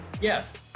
Yes